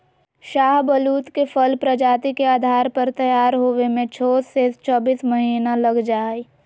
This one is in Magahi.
शाहबलूत के फल प्रजाति के आधार पर तैयार होवे में छो से चोबीस महीना लग जा हई